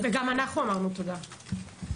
היו"ר מירב בן ארי (יו"ר ועדת ביטחון הפנים): גם אנחנו אמרנו תודה,